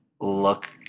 look